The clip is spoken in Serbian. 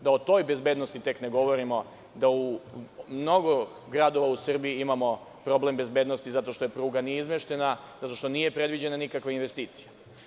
Da o toj bezbednosti tek ne govorimo, da u mnogo gradova u Srbiji imamo problem bezbednosti zato što pruga nije izmeštena, zato što nije predviđena nikakva investicija.